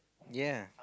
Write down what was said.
yea